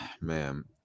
man